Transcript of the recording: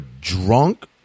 drunk